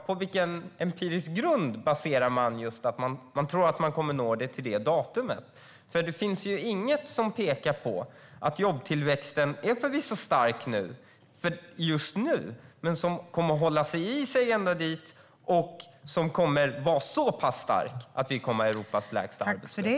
På vilken empirisk grund baserar man då sin tro på att man kommer att nå målet till det året? Jobbtillväxten är förvisso stark just nu, men det finns inget som pekar på att den kommer att hålla i sig ända dit och vara så pass stark att vi kommer att ha Europas lägsta arbetslöshet.